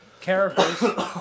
Characters